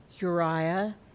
Uriah